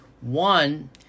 One